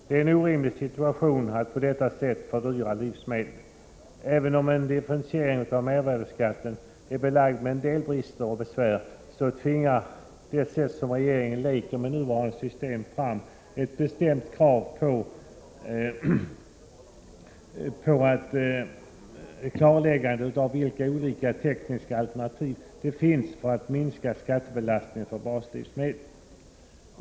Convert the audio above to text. Det är orimligt att på detta sätt fördyra livsmedlen. Även om en differentiering av mervärdeskatten är förenad med en del brister och besvär, så tvingar det sätt på vilket regeringen leker med nuvarande system fram ett bestämt krav på klarläggande av vilka olika tekniska alternativ det finns för att minska skattebelastningen på baslivsmedel.